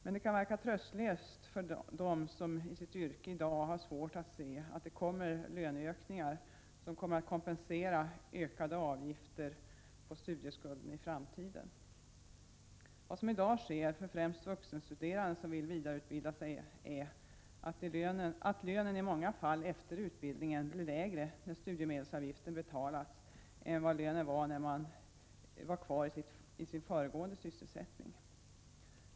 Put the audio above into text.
Men det kan verka tröstlöst för dem som i sitt yrke i dag har svårt att se att det kommer löneökningar som kompenserar ökade avgifter på studieskulden i framtiden. Vad som i dag sker för främst vuxenstuderande som vill vidareutbilda sig är att lönen i många fall efter utbildningen blir lägre när studiemedelsavgiften betalats än vad lönen var när man var kvar i sin föregående sysselsättning.